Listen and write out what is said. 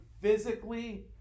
physically